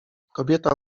kobieta